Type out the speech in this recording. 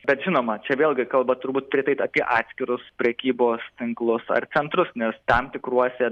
bet žinoma čia vėlgi kalba turbūt turėtų eit apie atskirus prekybos tinklus ar centrus nes tam tikruose